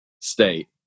state